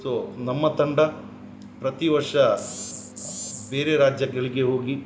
so ನಮ್ಮ ತಂಡ ಪ್ರತಿ ವರ್ಷ ಬೇರೆ ರಾಜ್ಯಗಳಿಗೆ ಹೋಗಿ